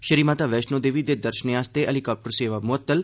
श्री माता वैष्णो देवी दे दर्शनें लेई हैलीकाप्टर सेवा मुअत्तल